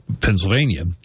Pennsylvania